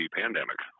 pandemic